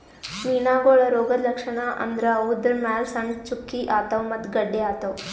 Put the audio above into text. ಮೀನಾಗೋಳ್ ರೋಗದ್ ಲಕ್ಷಣ್ ಅಂದ್ರ ಅವುದ್ರ್ ಮ್ಯಾಲ್ ಸಣ್ಣ್ ಚುಕ್ಕಿ ಆತವ್ ಮತ್ತ್ ಗಡ್ಡಿ ಆತವ್